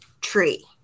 tree